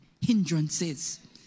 hindrances